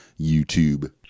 YouTube